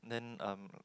then um